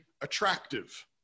attractive